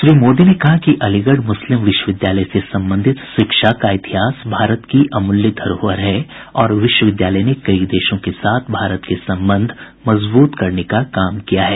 श्री मोदी ने कहा कि अलीगढ मुस्लिम विश्वविद्यालय से संबंधित शिक्षा का इतिहास भारत की अमूल्य धरोहर है और विश्वविद्यालय ने कई देशों के साथ भारत के संबंध मजबूत करने का काम किया है